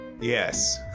yes